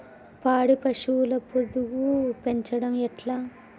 పాడి పశువుల పొదుగు పెంచడం ఎట్లా?